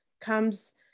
comes